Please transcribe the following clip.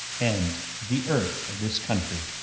and the earth of this country.